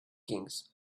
kings